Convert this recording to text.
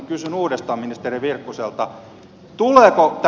kysyn uudestaan ministeri virkkuselta